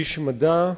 איש מדע,